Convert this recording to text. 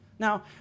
Now